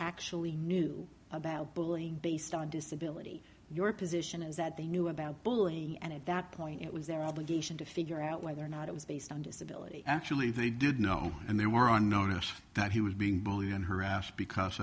actually knew about bullying based on disability your position is that they knew about bullying and at that point it was their obligation to figure out whether or not it was based on disability actually they did know and they were on notice that he was being bully and harassed because